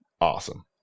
awesome